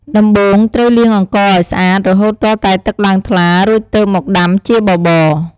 ដំបូងត្រូវលាងអង្ករឱ្យស្អាតរហូតទាល់តែទឹកឡើងថ្លា រួចទើបមកដាំជាបបរ។